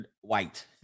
white